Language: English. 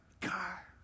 car